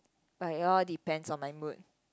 but it all depends on my mood